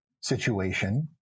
situation